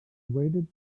waited